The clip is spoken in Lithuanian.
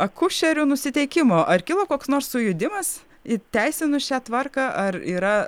akušerių nusiteikimo ar kilo koks nors sujudimas įteisinus šią tvarką ar yra